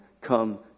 come